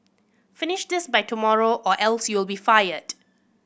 finish this by tomorrow or else you'll be fired